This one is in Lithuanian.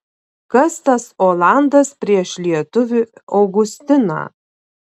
kas tas olandas prieš lietuvį augustiną